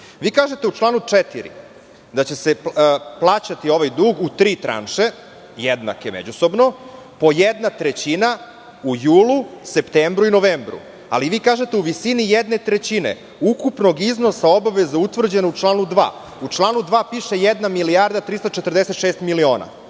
Vi kažete u članu 4. da će se plaćati ovaj dug u tri međusobno jednake tranše, po jedna trećina u julu, septembru i novembru. Ali, vi kažete - u visini jedne trećine ukupnog iznosa obaveza utvrđenih u članu 2. U članu 2. piše jedna milijarda i 346 miliona.